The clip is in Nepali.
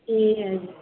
ए